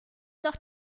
noch